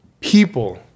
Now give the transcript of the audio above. people